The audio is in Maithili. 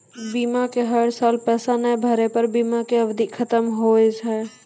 बीमा के हर साल पैसा ना भरे पर बीमा के अवधि खत्म हो हाव हाय?